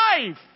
life